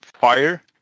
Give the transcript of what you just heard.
fire